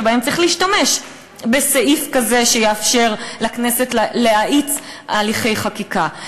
שבהם צריך להשתמש בסעיף כזה שיאפשר לכנסת להאיץ הליכי חקיקה.